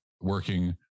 working